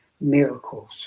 miracles